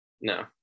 no